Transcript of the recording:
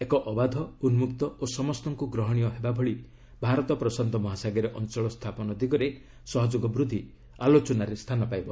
ଏକ ଅବାଧ ଉନ୍ମକ୍ତ ଓ ସମସ୍ତଙ୍କୁ ଗ୍ରହଶୀୟ ହେବା ଭଳି ଭାରତ ପ୍ରଶାନ୍ତ ମହାସାଗରୀୟ ଅଞ୍ଚଳ ସ୍ଥାପନ ଦିଗରେ ସହଯୋଗ ବୃଦ୍ଧି ଆଲୋଚନାରେ ସ୍ଥାନ ପାଇବ